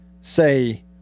say